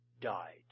died